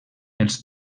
els